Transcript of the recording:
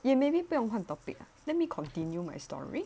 you maybe 不用换 topic ah let me continue my story